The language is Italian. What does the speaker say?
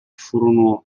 furono